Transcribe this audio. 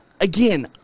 Again